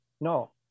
No